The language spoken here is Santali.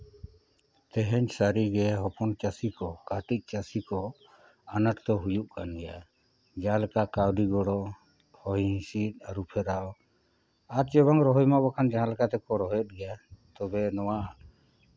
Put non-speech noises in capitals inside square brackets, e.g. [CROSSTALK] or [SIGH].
ᱛᱮᱦᱤᱧ ᱥᱟᱹᱨᱤᱜᱮ ᱦᱚᱯᱚᱱ ᱪᱟᱹᱥᱤ ᱠᱚ ᱠᱟᱹᱴᱤᱡ ᱪᱟᱹᱥᱤ ᱠᱚ ᱟᱱᱟᱴ ᱫᱚ ᱦᱩᱭᱩᱜ ᱠᱟᱱ ᱜᱮᱭᱟ ᱡᱟᱦᱟᱸ ᱞᱮᱠᱟ ᱠᱟᱹᱣᱰᱤ ᱜᱚᱲᱚ ᱦᱚᱭ ᱦᱤᱸᱥᱤᱫ ᱟᱹᱨᱩ ᱯᱷᱮᱨᱟᱣ [UNINTELLIGIBLE] ᱨᱚᱦᱚᱭ ᱢᱟ ᱵᱟᱠᱷᱟᱱ ᱡᱟᱦᱟᱸ ᱞᱮᱠᱟᱛᱮ ᱠᱚ ᱨᱚᱦᱚᱭᱮᱫ ᱜᱮᱭᱟ ᱛᱚᱵᱮ ᱱᱚᱣᱟ